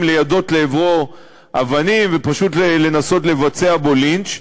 ליידות לעברו אבנים ולנסות לבצע בו לינץ'.